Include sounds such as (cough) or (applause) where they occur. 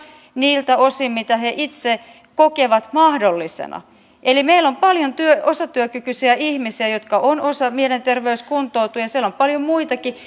niiltä osin mitä he itse kokevat mahdollisena eli meillä on paljon osatyökykyisiä ihmisiä joista osa on mielenterveyskuntoutujia siellä on paljon muitakin (unintelligible)